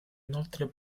inoltre